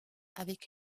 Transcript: avec